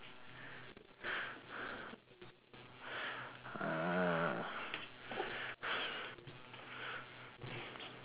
ah